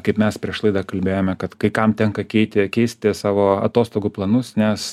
kaip mes prieš laidą kalbėjome kad kai kam tenka keiti keisti savo atostogų planus nes